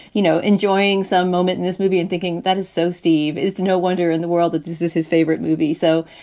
you know, enjoying some moment in this movie and thinking, that is so, steve, it's no wonder in the world that this is his favorite movie. so,